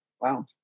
Wow